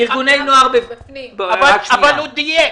ארגוני נוער --- אבל הוא דייק,